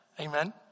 Amen